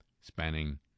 spanning